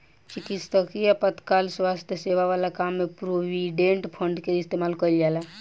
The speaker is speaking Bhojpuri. चिकित्सकीय आपातकाल स्वास्थ्य सेवा वाला काम में प्रोविडेंट फंड के इस्तेमाल कईल जाला